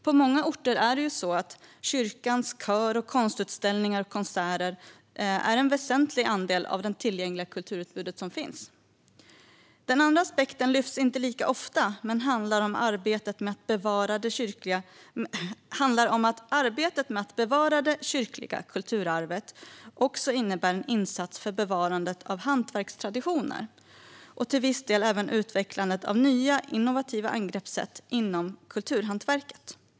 På många orter är kyrkans kör, konstutställningar och konserter en väsentlig andel av det tillgängliga kulturutbudet. Den andra aspekten lyfts inte fram lika ofta. Den handlar om att arbetet med att bevara det kyrkliga kulturarvet också innebär en insats för bevarandet av hantverkstraditioner och till viss del även utvecklandet av nya innovativa angreppssätt inom kulturhantverket.